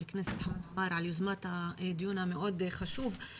הכנסת חמד עמאר על יוזמת הדיון המאוד חשוב.